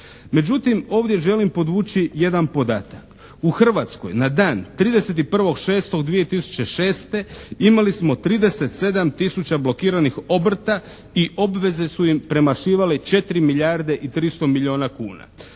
Međutim, ovdje želim podvući jedan podatak. U Hrvatskoj na dan 31.6.2006. imali smo 37 tisuća blokiranih obrta i obveze su im premašivale 4 milijarde i